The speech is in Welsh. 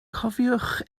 cofiwch